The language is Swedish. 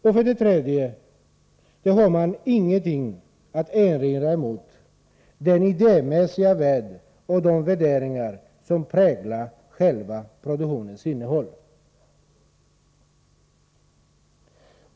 Slutligen har man ingenting att erinra emot den idémässiga värld och de värderingar som präglar själva produktionens innehåll.